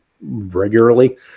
regularly